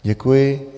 Děkuji.